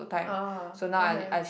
ah okay